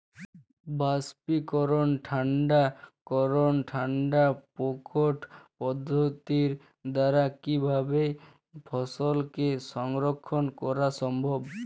বাষ্পীকরন ঠান্ডা করণ ঠান্ডা প্রকোষ্ঠ পদ্ধতির দ্বারা কিভাবে ফসলকে সংরক্ষণ করা সম্ভব?